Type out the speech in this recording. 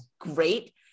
great